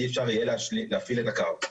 אי אפשר יהיה להפעיל את הקו.